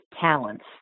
talents